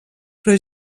però